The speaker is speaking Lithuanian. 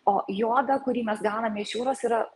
o jodą kurį mes gauname iš jūros yra